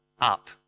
up